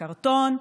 קרטון,